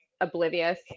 oblivious